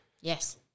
Yes